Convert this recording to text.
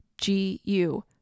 G-U